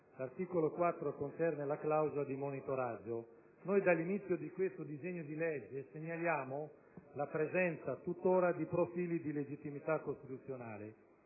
l'articolo 4 concerne la clausola di monitoraggio. Noi dall'inizio della discussione di questo disegno di legge segnaliamo la presenza tuttora di profili di illegittimità costituzionale.